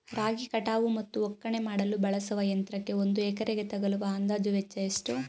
ರಾಗಿ ಕಟಾವು ಮತ್ತು ಒಕ್ಕಣೆ ಮಾಡಲು ಬಳಸುವ ಯಂತ್ರಕ್ಕೆ ಒಂದು ಎಕರೆಗೆ ತಗಲುವ ಅಂದಾಜು ವೆಚ್ಚ ಎಷ್ಟು?